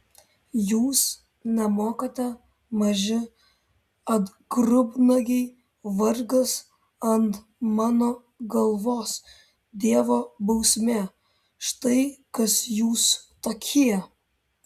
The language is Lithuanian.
jūs nemokate maži atgrubnagiai vargas ant mano galvos dievo bausmė štai kas jūs tokie